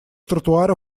тротуара